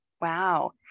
Wow